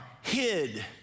hid